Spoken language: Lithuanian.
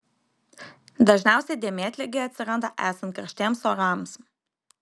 dažniausiai dėmėtligė atsiranda esant karštiems orams